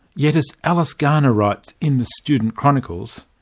yet as alice garner writes in the student chronicles,